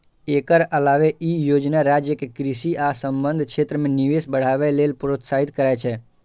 एकर अलावे ई योजना राज्य कें कृषि आ संबद्ध क्षेत्र मे निवेश बढ़ावे लेल प्रोत्साहित करै छै